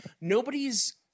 nobody's